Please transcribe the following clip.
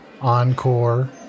Encore